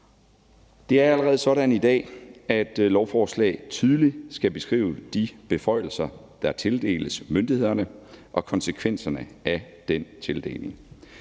Det er allerede sådan i dag, at lovforslag tydeligt skal beskrive de beføjelser, der tildeles myndighederne, og konsekvenserne af den tildeling.